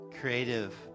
creative